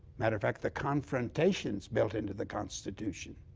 matter of fact, the confrontation is built into the constitution.